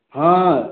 हँऽ